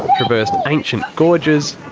traversed ancient gorges.